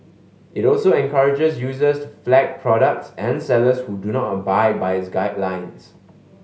it also encourages users to flag products and sellers who do not abide by its guidelines